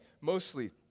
mostly